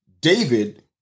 David